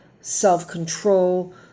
self-control